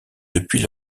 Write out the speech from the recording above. depuis